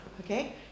okay